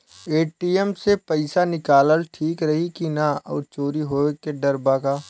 ATM से पईसा निकालल ठीक रही की ना और चोरी होये के डर बा का?